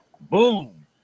Boom